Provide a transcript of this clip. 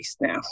now